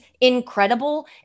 incredible